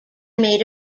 made